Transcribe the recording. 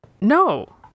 No